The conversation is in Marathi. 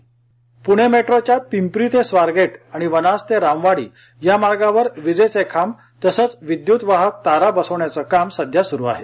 प्णे मेट्रोच्या पिंपरी ते स्वारगेट आणि वनाज ते रामवाडी या मार्गावर विजेचे खांब तसच विद्युत वाहक तारा बसवण्याचं काम सध्या सुरू आहे